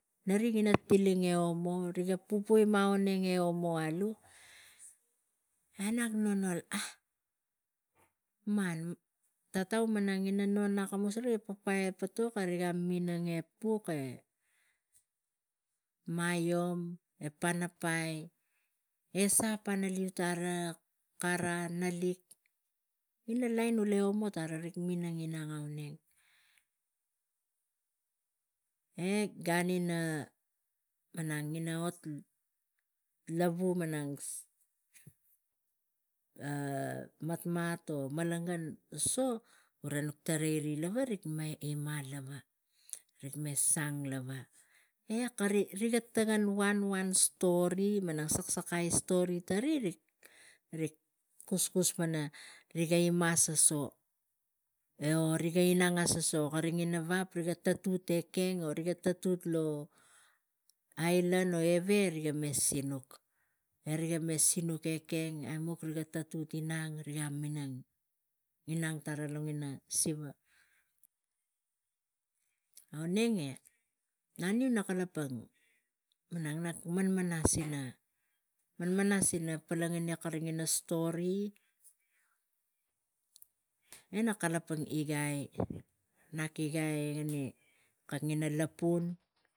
Neri e tiling e omo ga pupu gima auneng e omo alu, na nak nonol, man tatau mana tang ina non gi pasai apotok e minang e puk e maiom. Panapai, esa panaliu etang e kara, nalik ina lain ule omo tara gi inang auneng. E gan ina malang ina ot lavu malang a matmat vo malangan ne vo nuk tarai ri ima lava rik me sang lava, e kari riga tokon wanwan stori malang, stori tari malang rik kuskus pana rik igei pana asaso o e riga inang asaso wo ring ina vap tuk eken vo tatuk lo ailan e riga me sinuk e riga me sinuk ekeng e aimuk riga tatuk inang, inang tara lo ina tara, auneng e naniu nak kalapang malang nak laman masi polongoni ina stori e kara pan igai nak em kak ina lapun.